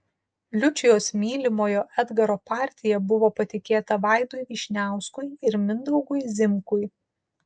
liučijos mylimojo edgaro partija buvo patikėta vaidui vyšniauskui ir mindaugui zimkui